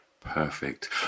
Perfect